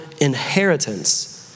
inheritance